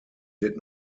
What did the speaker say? did